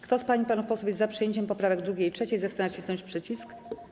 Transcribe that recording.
Kto z pań i panów posłów jest za przyjęciem poprawek 2. i 3., zechce nacisnąć przycisk.